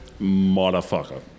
motherfucker